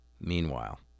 Meanwhile